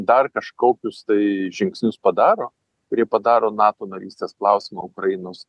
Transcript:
dar kažkokius tai žingsnius padaro ir jie padaro nato narystės klausimą ukrainos